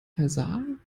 versahen